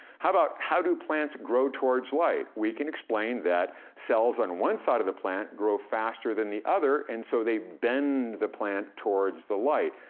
how about, how do plants grow towards light? we can explain that cells on one side of the plant grow faster than the other, and so they bend the plant towards the light.